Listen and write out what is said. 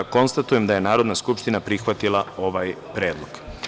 Konstatujem da je Narodna skupština prihvatila ovaj predlog.